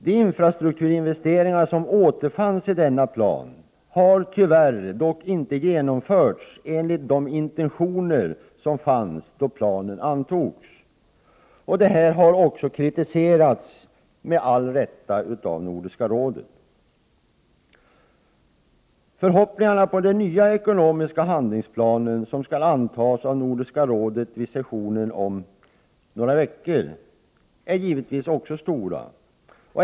De infrastrukturinvesteringar som återfanns i denna plan har tyvärr inte genomförts enligt de intentioner som fanns då planen antogs. Detta har, med all rätt, kritiserats av Nordiska rådet. Förhoppningarna när det gäller den nya ekonomiska handlingsplan som skall antas av Nordiska rådet vid sessionen om några veckor är givetvis stora.